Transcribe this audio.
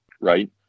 right